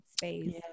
Space